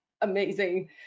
amazing